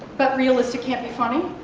but realistic can't be funny?